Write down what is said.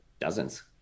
dozens